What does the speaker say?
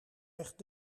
echt